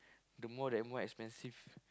the more the more expensive